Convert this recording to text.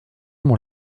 mon